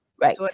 Right